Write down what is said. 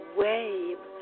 wave